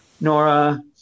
Nora